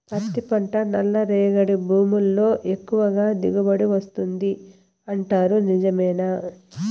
పత్తి పంట నల్లరేగడి భూముల్లో ఎక్కువగా దిగుబడి వస్తుంది అంటారు నిజమేనా